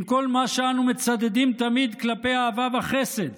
עם כל מה שאנו מצדדים תמיד כלפי אהבה וחסד